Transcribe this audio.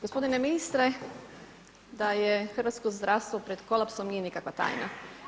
Gospodine ministre, da je hrvatsko zdravstvo pred kolapsom nije nikakva tajna.